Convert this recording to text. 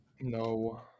No